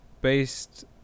based